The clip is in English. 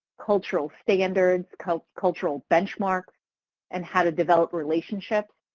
cultural standards, cultural cultural benchmarks and how to develop relationships.